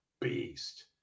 beast